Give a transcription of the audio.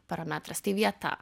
parametras tai vieta